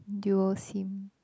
dual Sim